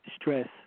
stress